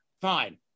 Fine